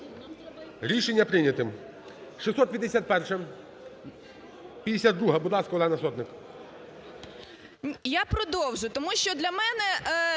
Рішення прийнято. 651-а. 652-а. Будь ласка, Олена Сотник.